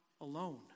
alone